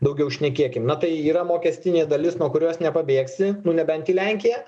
daugiau šnekėkim na tai yra mokestinė dalis nuo kurios nepabėgsi nu nebent į lenkiją